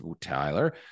Tyler